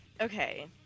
okay